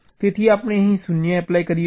તેથી આપણે અહીં 0 એપ્લાય કરીએ છીએ